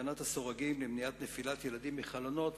להתקנת סורגים למניעת נפילת ילדים מחלונות,